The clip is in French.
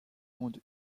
monde